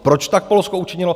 Proč tak Polsko učinilo?